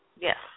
Yes